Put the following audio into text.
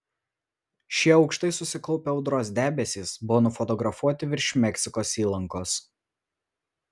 šie aukštai susikaupę audros debesys buvo nufotografuoti virš meksikos įlankos